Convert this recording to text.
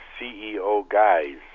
CEOguys